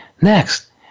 Next